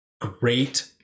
great